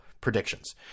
predictions